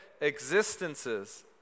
existences